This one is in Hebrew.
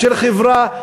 של חברה,